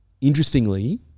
interestingly